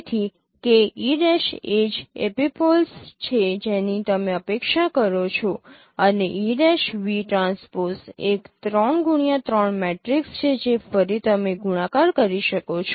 તેથી ke' એ જ એપિપોલ્સ છે જેની તમે અપેક્ષા કરો છો અને e'vT એક 3x3 મેટ્રિક્સ છે જે ફરી તમે ગુણાકાર કરી શકો છો